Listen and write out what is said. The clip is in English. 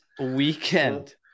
weekend